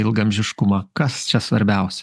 ilgaamžiškumą kas čia svarbiausia